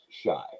shy